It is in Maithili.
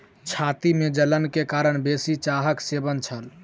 छाती में जलन के कारण बेसी चाहक सेवन छल